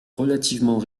relativement